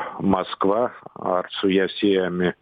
maskva ar su ja siejami